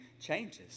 changes